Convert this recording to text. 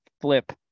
flip